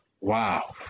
wow